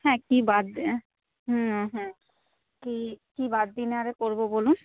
হ্যাঁ কি বার হুম হুম কি কি বার দিনে আরে করবো বলুন